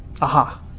aha